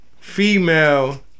Female